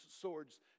swords